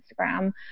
instagram